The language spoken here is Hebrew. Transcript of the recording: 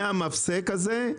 מהמפסק הזה,